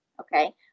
okay